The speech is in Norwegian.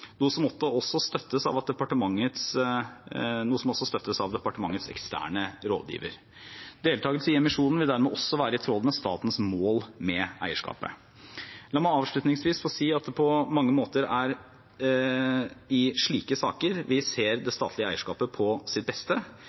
noe som også støttes av departementets eksterne rådgiver. Deltakelse i emisjonen vil dermed også være i tråd med statens mål med eierskapet. La meg avslutningsvis få si at det på mange måter er i slike saker vi ser det statlige eierskapet på sitt beste.